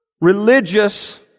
religious